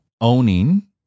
owning